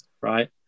right